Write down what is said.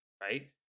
right